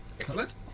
Excellent